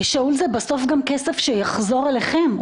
שאול, זה בסוף גם כסף שיחזור אליכם.